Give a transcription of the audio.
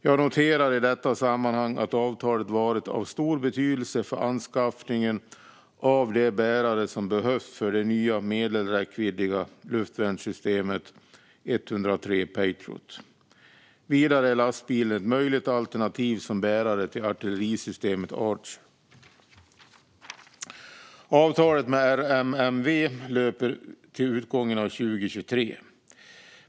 Jag noterar i detta sammanhang att avtalet har varit av stor betydelse för anskaffningen av de bärare som behövs för det nya medelräckviddiga luftvärnssystemet 103 Patriot. Vidare är lastbilen ett möjligt alternativ som bärare till artillerisystemet Archer. Avtalet med RMMV löper till utgången av 2023.